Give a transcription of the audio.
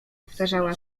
powtarzała